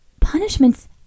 punishments